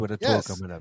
Yes